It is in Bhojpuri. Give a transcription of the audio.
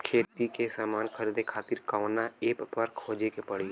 खेती के समान खरीदे खातिर कवना ऐपपर खोजे के पड़ी?